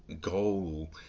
goal